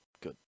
good